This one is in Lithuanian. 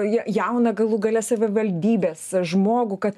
ja jauną galų gale savivaldybės žmogų kad